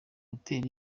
hotel